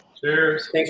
Cheers